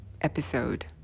episode